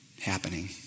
happening